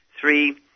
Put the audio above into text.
three